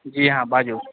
जी हाँ बाजू